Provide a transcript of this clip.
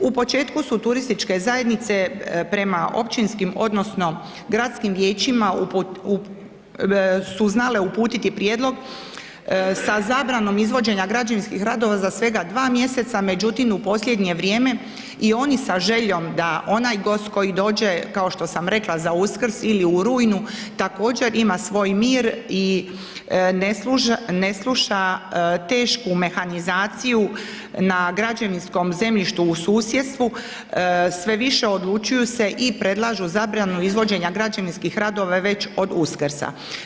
U početku su turističke zajednice prema općinskim odnosno gradskim vijećima su znale uputiti prijedlog sa zabranom izvođenja građevinskih radova za svega dva mjeseca, međutim u posljednje vrijeme i oni sa željom da onaj gost koji dođe kao što sam rekla za Uskrs ili u rujnu također ima svoj mir i ne sluša tešku mehanizaciju na građevinskom zemljištu u susjedstvu sve više odlučuju se i predlažu zabranu izvođenja građevinskih radova već od Uskrsa.